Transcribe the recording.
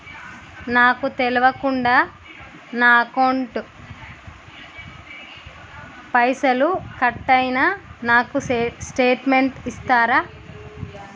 నాకు తెల్వకుండా నా అకౌంట్ ల పైసల్ కట్ అయినై నాకు స్టేటుమెంట్ ఇస్తరా?